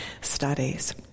studies